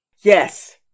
Yes